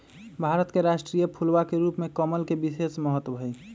भारत के राष्ट्रीय फूलवा के रूप में कमल के विशेष महत्व हई